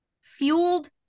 fueled